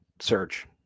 search